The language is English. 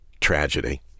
tragedy